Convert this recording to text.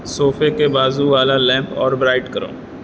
صوفے کے بازو والا لیمپ اور برائٹ کرو